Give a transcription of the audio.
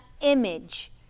image